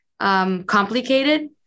complicated